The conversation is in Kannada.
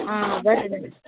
ಆಂ ಬನ್ರಿ ಬರ್ರಿ